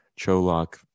Cholak